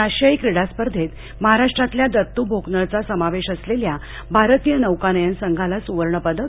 आशियायी क्रीडा स्पर्धेत महाराष्ट्रातल्या दत्तू भोकनळचा समावेश असलेल्या भारतीय नौका नयन संघाला सुवर्णपदक